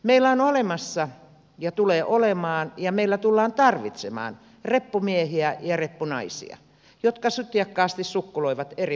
meillä on olemassa ja tulee olemaan ja meillä tullaan tarvitsemaan reppumiehiä ja reppunaisia jotka sutjakkaasti sukkuloivat eri maiden välillä